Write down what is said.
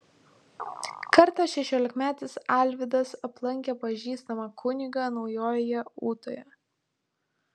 kartą šešiolikmetis alvydas aplankė pažįstamą kunigą naujojoje ūtoje